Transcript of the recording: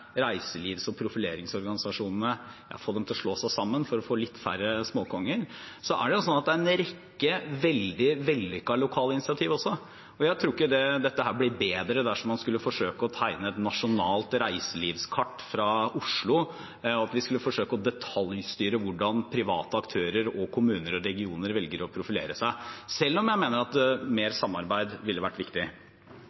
reiselivs- og profileringsorganisasjonene, få dem til å slå seg sammen for å få litt færre småkonger, er det en rekke veldig vellykkede lokale initiativ også. Jeg tror ikke dette ville bli bedre om man skulle forsøke å tegne et nasjonalt reiselivskart fra Oslo, at vi skulle forsøke å detaljstyre hvordan private aktører og kommuner og regioner velger å profilere seg, selv om jeg mener at mer